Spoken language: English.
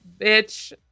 bitch